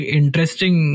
interesting